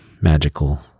magical